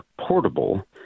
portable